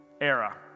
era